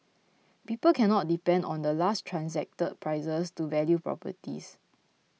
people cannot depend on the last transacted prices to value properties